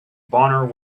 bonner